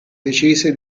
decise